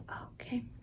Okay